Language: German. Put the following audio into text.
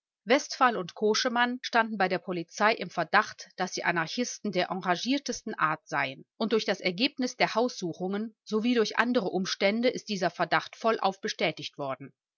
westphal und koschemann standen bei der polizei im verdacht daß sie anarchisten der enragiertesten art seien und durch das ergebnis der haussuchungen sowie durch andere umstände ist dieser verdacht vollauf bestätigt worden